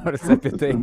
nors apie tai